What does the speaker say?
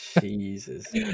Jesus